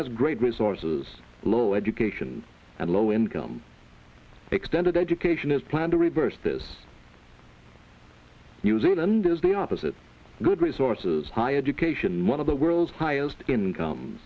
has great resources low education and low income extended education is plan to reverse this new zealanders the opposite good resources higher education one of the world's highest income